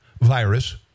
virus